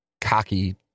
cocky